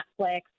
Netflix